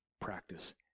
practice